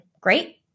great